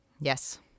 Yes